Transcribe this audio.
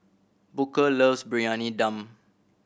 Booker loves Briyani Dum